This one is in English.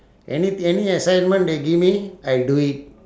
anything any assignment they give me I do it